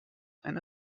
eine